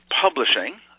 Publishing